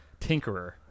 tinkerer